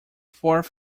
fourth